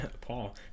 paul